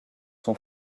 son